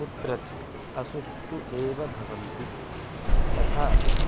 कुत्रचित् असुष्टुः एव भवन्ति तथापि